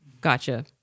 Gotcha